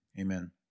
Amen